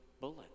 bullet